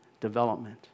development